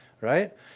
right